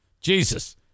Jesus